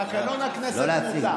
את תקנון הכנסת מותר.